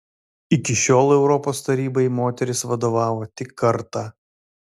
iki šiol europos tarybai moteris vadovavo tik kartą